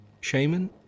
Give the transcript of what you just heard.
Shaman